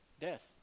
Death